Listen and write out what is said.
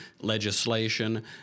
legislation